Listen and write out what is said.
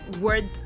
words